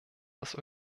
das